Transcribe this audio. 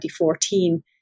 2014